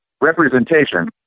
representation